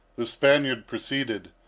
the spaniard proceeded,